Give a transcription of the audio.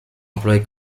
employé